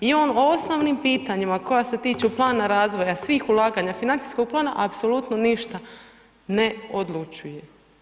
I on osnovnim pitanjima koji se tiču plana razvoja, svih ulaganja, financijskog plana, apsolutno ništa ne odlučuju.